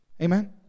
Amen